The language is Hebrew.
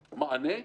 מענה,